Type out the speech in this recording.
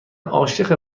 عاشق